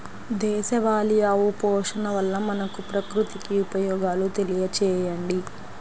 దేశవాళీ ఆవు పోషణ వల్ల మనకు, ప్రకృతికి ఉపయోగాలు తెలియచేయండి?